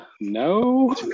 no